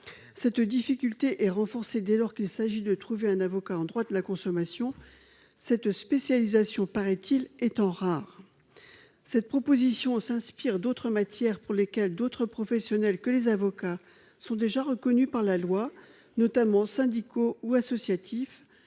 Cette difficulté est renforcée dès lors qu'il s'agit de trouver un avocat en droit de la consommation, cette spécialisation étant rare, paraît-il. Cette proposition s'inspire d'autres matières pour lesquelles d'autres professionnels que les avocats sont déjà reconnus par la loi, notamment des représentants syndicaux ou associatifs,